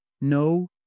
No